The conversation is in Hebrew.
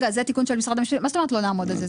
מה זאת אומרת לא נעמוד על זה?